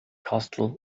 castle